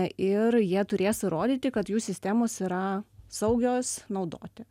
ir jie turės įrodyti kad jų sistemos yra saugios naudoti